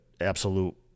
absolute